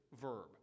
verb